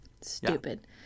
Stupid